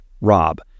Rob